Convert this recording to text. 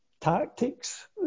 tactics